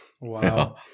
Wow